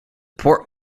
port